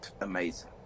amazing